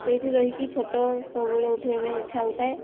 ସେଇଠି ରହିକି ଫଟୋ ସବୁବେଳେ ଉଠାଇବା ପାଇଁ ଇଚ୍ଛା ହେଉଥାଏ